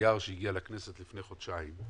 לתייר שהגיע לכנסת לפני חודשיים,